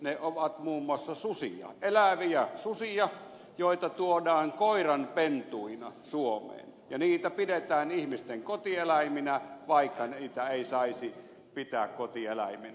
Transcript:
ne ovat muun muassa susia eläviä susia joita tuodaan koiranpentuina suomeen ja niitä pidetään ihmisten kotieläiminä vaikka niitä ei saisi pitää kotieläiminä